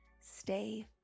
stay